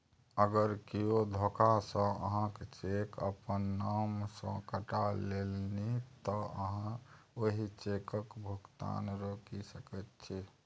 अगर कियो धोखासँ अहाँक चेक अपन नाम सँ कटा लेलनि तँ अहाँ ओहि चेकक भुगतान रोकि सकैत छी